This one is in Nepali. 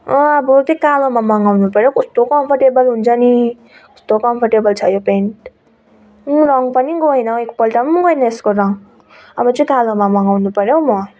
अब त्यो कालोमा मगाउनु पर्यो कस्तो कम्फर्टेबल हुन्छ नि कस्तो कम्फर्टेबल छ यो प्यान्ट रङ पनि गएन एक पल्ट गएन यसको रङ अब चाहिँ कालोमा मगाउनु पर्यो म